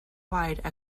wide